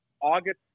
August